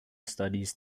studies